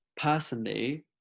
personally